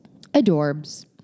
Adorbs